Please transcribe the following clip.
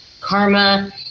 karma